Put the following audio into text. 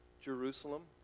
Jerusalem